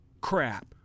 crap